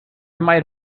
might